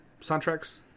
soundtracks